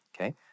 Okay